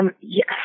yes